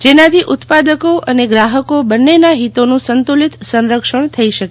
જેનાથી ઉત્પાદકો અને ગ્રાહકો બંનેના હિતોનું સંતુલિત સંરક્ષણ થઇ શકે